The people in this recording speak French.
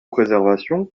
préservation